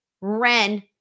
Ren